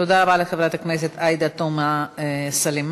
תודה רבה לחברת הכנסת עאידה תומא סלימאן.